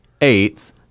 eighth